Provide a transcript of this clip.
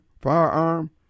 firearm